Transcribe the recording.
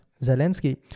Zelensky